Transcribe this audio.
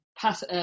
pass